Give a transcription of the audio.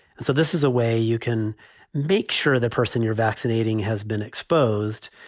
so this is a way you can make sure the person you're vaccinating has been exposed.